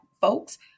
folks